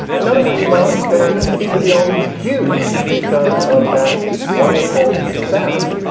another way, you know, is that there seem to be all these cues because of that wonderful sound.